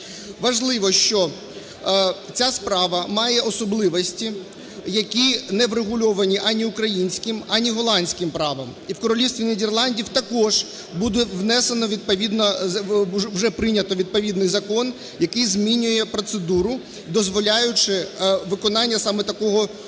Важливо, що ця справа має особливості, які не врегульовані ані українським, ані голландським правом. І в Королівстві Нідерландів також буде внесено відповідно, вже прийнято відповідний закон, який змінює процедуру, дозволяючи виконання саме такого роду